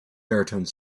baritone